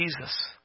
Jesus